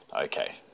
okay